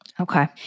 Okay